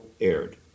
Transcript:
aired